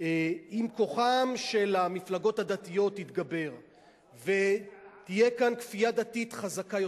אם כוחן של המפלגות הדתיות יתגבר ותהיה כאן כפייה דתית חזקה יותר,